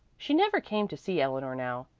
she never came to see eleanor now.